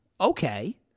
Okay